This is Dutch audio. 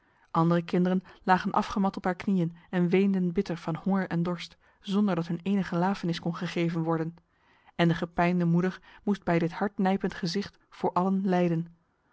andere kinderen lagen afgemat op haar knieën en weenden bitter van honger en dorst zonder dat hun enige lafenis kon gegeven worden en de gepijnde moeder moest bij dit hartnijpend gezicht voor allen lijden